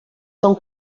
són